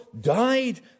died